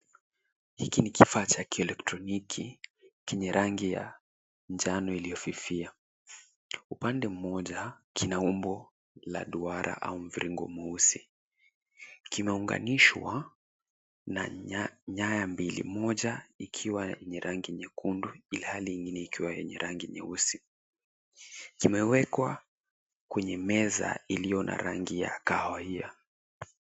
Hiki ni kifaa cha kielektroniki kenye rangi ya njano iliyofifia. Upande mmoja kina umbo la duara au mviringo mweusi. Kinaunganishwa na nyaya mbili moja ikiwa yenye rangi nyekundu, ilhali nyingine ikiwa yenye rangi nyeusi. Kimewekwa kwenye meza iliyo na rangi ya kahawia.